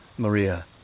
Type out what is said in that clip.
Maria